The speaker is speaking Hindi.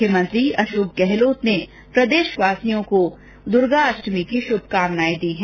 मुख्यमंत्री अशोक गहलोत ने प्रदेशवासियों को दुर्गाष्टमी की शुभकामनाएं दी है